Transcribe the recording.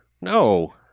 no